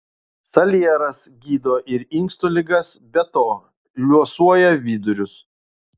salieras gydo ir inkstų ligas be to liuosuoja vidurius